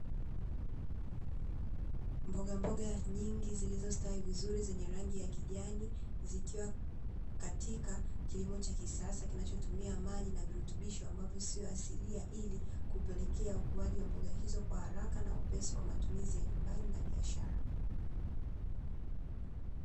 Mboga mboga nyingi zilizostawi vizuri zenye rangi ya kijani zikiwa katika kilimo cha kisasa kinachotumia maji na virutubisho ambavyo sio asilia, ili kupelekea ukuaji wa mboga hizo kwa haraka na wepesi kwa matumizi ya nyumbani na biashara.